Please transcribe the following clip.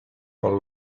con